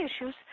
issues